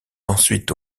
ensuite